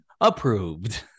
Approved